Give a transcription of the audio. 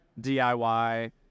DIY